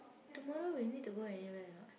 tomorrow we need to go anywhere or not